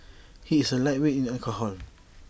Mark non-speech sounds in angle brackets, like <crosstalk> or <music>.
<noise> he is A lightweight in alcohol